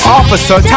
officer